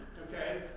okay?